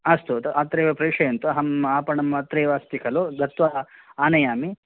अस्तु अत्रैव प्रेषयन्तु अहम् आपणम् अत्रैव अस्ति खलु गत्वा आनयामि